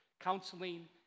Counseling